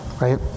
right